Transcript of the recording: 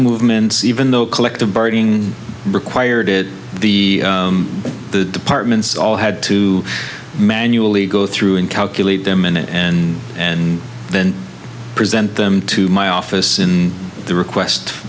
movements even though collective bargaining required it the the partment all had to manually go through and calculate them in and then present them to my office in the request